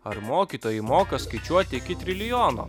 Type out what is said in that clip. ar mokytojai moka skaičiuoti iki trilijono